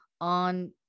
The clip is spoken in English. on